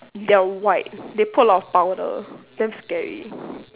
they're white they put a lot of powder damn scary